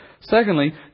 Secondly